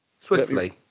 Swiftly